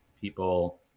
people